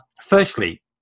Firstly